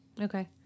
Okay